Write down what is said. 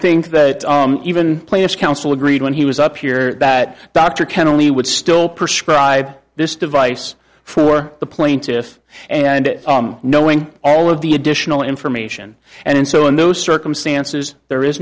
think that even plaintiff's counsel agreed when he was up here that dr kenneally would still perscribe this device for the plaintiff and it knowing all of the additional information and so in those circumstances there is